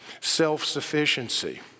Self-sufficiency